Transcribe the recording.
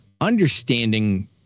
understanding